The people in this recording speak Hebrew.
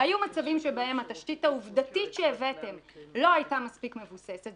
היו מקרים שבהם התשתית העובדתית שהבאתם לא הייתה מספיק מבוססת.